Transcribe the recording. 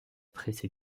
pressée